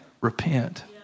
repent